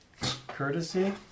Courtesy